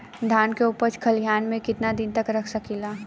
धान के उपज खलिहान मे कितना दिन रख सकि ला?